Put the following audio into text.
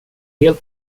helt